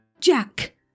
Jack